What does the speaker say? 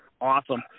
awesome